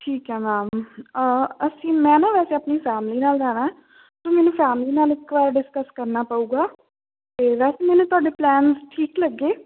ਠੀਕ ਹੈ ਮੈਮ ਅਸੀਂ ਮੈਂ ਨਾ ਵੈਸੇ ਆਪਣੀ ਫੈਮਿਲੀ ਨਾਲ ਜਾਣਾ ਸੋ ਮੈਨੂੰ ਫੈਮਲੀ ਨਾਲ ਇੱਕ ਵਾਰ ਡਿਸਕਸ ਕਰਨਾ ਪਵੇਗਾ ਅਤੇ ਵੈਸੇ ਮੈਨੂੰ ਤੁਹਾਡੇ ਪਲੈਨ ਠੀਕ ਲੱਗੇ